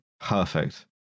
Perfect